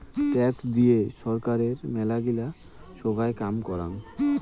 tax দিয়ে ছরকার মেলাগিলা সোগায় কাম করাং